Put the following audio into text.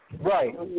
Right